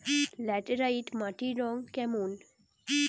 Laterite মাটির রং কেমন?